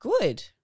Good